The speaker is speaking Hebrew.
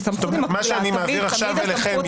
מה שאני מעביר עכשיו אליכם,